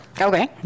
okay